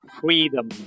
freedom